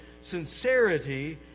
sincerity